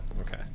okay